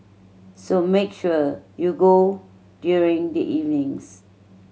so make sure you go during the evenings